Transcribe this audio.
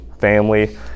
family